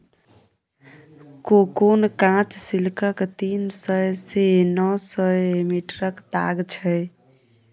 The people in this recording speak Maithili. कोकुन काँच सिल्कक तीन सय सँ नौ सय मीटरक ताग छै